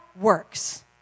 works